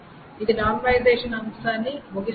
ఇది నార్మలైజేషన్ అంశాన్ని ముగిస్తుంది